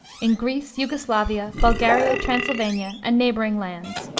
in greece, yugoslavia, bulgaria, transylvania and neighboring lands.